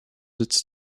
its